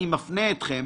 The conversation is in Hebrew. אני מפנה אתכם